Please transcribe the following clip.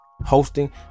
Hosting